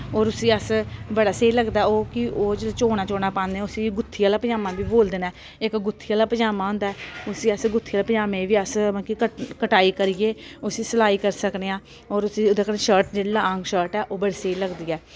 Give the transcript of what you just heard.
होर उस्सी अस बड़ा स्हेई लगदा ओह् कि ओह् चौना चौना पाने उस्सी गुत्थी आह्ला पजामा बी बोलदे न इक गुत्थी आहाला पजामा होंदा ऐ उस्सी अस गुत्थी दे पजामे बी अस मतलब कि कट कटाई करियै उस्सी सलाई करी सकने आं होर उस्सी उ'दे कन्नै शर्ट जेह्ड़ी लांग शर्ट ऐ ओह् बड़ी स्हेई लगदी ऐ